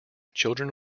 children